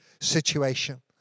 situation